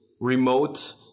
remote